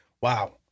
wow